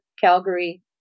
Calgary